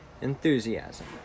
Enthusiasm